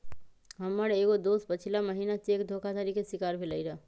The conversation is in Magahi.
हमर एगो दोस पछिला महिन्ना चेक धोखाधड़ी के शिकार भेलइ र